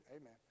amen